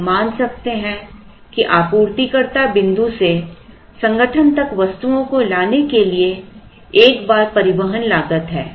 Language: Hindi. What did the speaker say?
हम मान सकते हैं कि आपूर्तिकर्ता बिंदु से संगठन तक वस्तुओं को लाने के लिए एक बार परिवहन लागत है